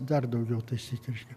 dar daugiau taisyt reiškia